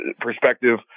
perspective